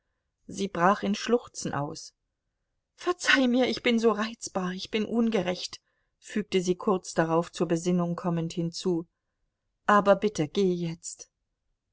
sie brach in schluchzen aus verzeih mir ich bin so reizbar ich bin ungerecht fügte sie kurz darauf zur besinnung kommend hinzu aber bitte geh jetzt